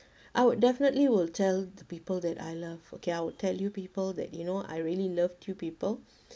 I would definitely will tell the people that I love okay I would tell you people that you know I really love you people